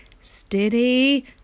steady